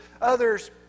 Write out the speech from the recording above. others